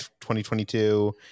2022